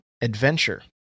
adventure